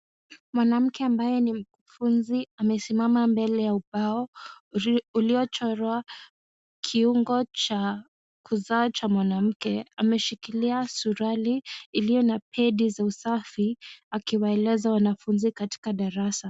Mwanamke ambaye ni mfunzi amesimama mbele ya ubao uliochorwa kiungo za kuzaa cha mwanamke, ameshikilia suruali iliyo na pedi za usafi akiwaeleza wanafunzi katika darasa.